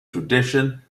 tradition